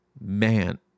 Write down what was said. Man